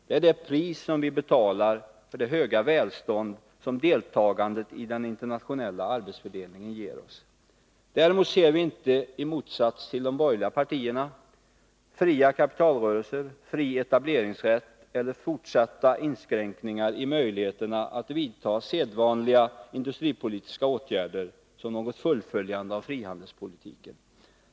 Det är det pris vi betalar för det höga välstånd som deltagandet i den internationella arbetsfördelningen ger OSS. Däremot ser vi, i motsats till de borgerliga partierna, inte fria kapitalrörelser, fri etableringsrätt eller fortsatta inskränkningar i möjligheterna att vidta sedvanliga industripolitiska åtgärder som något fullföljande av frihandelspolitiken.